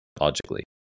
logically